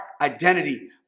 identity